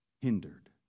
hindered